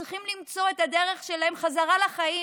הם צריכים למצוא את הדרך שלהם חזרה לחיים.